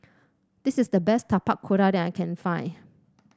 this is the best Tapak Kuda that I can find